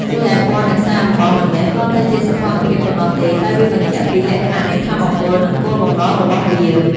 រីឯ ពណ៌នៃខ្សែអំបោះមិនមែនគ្រាន់តែជាសោភ័ណភាពប៉ុណ្ណោះទេ តែវាបញ្ជាក់ពី លក្ខណៈនៃថាមពល និងគោលបំណង របស់វា។